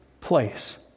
place